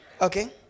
Okay